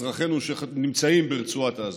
אזרחינו שנמצאים ברצועת עזה.